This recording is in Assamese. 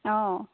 অ